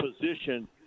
position